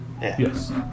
Yes